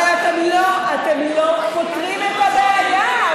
אבל אתם לא פותרים את הבעיה,